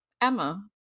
Emma